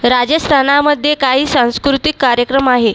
राजस्थानमध्ये काही सांस्कृतिक कार्यक्रम आहे